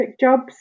jobs